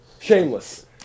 Shameless